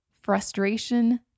frustration